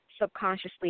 subconsciously